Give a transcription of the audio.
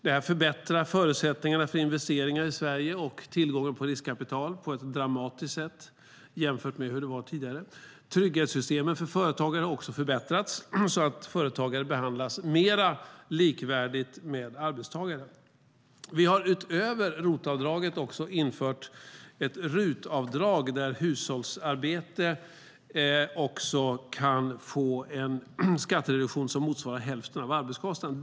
Det förbättrar förutsättningarna för investeringar i Sverige och tillgången till riskkapital på ett dramatiskt sätt jämfört med hur det var tidigare. Trygghetssystemen för företagare har också förbättrats, så att företagare behandlas mer likvärdigt med arbetstagare. Vi har utöver ROT-avdraget infört ett RUT-avdrag där hushållsarbeten också kan få en skattereduktion som motsvarar hälften av arbetskostnaden.